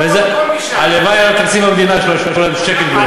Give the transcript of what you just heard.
זה בדיוק מה שאני טוען.